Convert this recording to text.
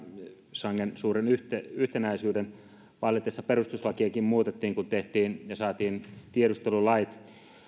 sangen suuren yhtenäisyyden vallitessa perustuslakiakin muutettiin kun tehtiin ja saatiin tiedustelulait